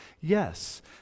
Yes